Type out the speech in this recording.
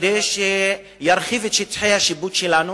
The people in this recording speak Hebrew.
כדי שירחיב את שטחי השיפוט שלנו,